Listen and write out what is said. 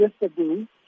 yesterday